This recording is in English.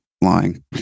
lying